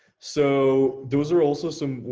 so, those are also some,